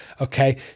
Okay